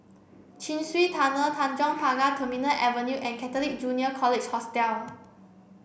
Chin Swee Tunnel Tanjong Pagar Terminal Avenue and Catholic Junior College Hostel